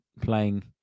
playing